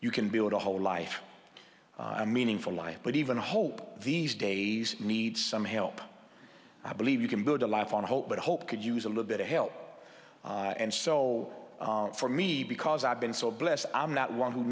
you can build a whole life and meaningful life but even hope these days need some help i believe you can build a life on hold but hope could use a little bit of help and so for me because i've been so blessed i'm not one who